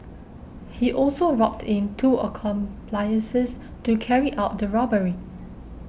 he also roped in two accomplices to carry out the robbery